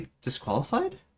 disqualified